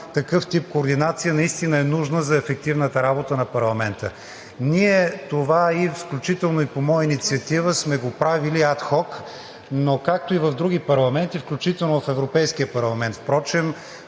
такъв тип координация наистина е нужна за ефективната работа на парламента. Ние това, включително и по моя инициатива, сме го правили ад хок, но както и в други парламенти, включително в Европейския парламент,